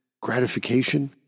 gratification